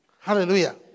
Hallelujah